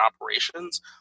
operations